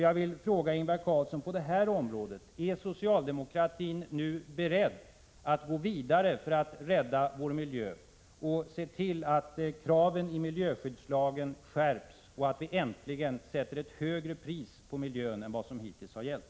Jag vill fråga Ingvar Carlsson: Är socialdemokratin nu beredd att gå vidare för att rädda vår miljö och se till att kraven i miljöskyddslagen skärps och att vi äntligen sätter ett högre pris på miljön än vad som hittills har gällt?